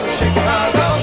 Chicago